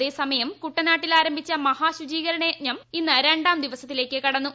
അതേസമയം കുട്ടനാട്ടിൽ ആരംഭിച്ച മഹാശൂചീകരണ യജ്ഞം ഇന്ന് രണ്ടാം ദിവസത്തിലേക്ക് കടന്നു